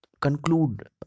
conclude